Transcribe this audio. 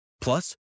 Plus